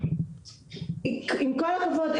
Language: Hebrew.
עם כל הכבוד,